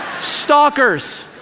Stalkers